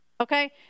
Okay